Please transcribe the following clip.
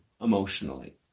emotionally